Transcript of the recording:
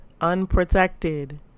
unprotected